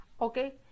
okay